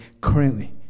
currently